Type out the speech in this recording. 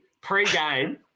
Pre-game